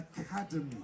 Academy